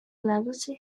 legacy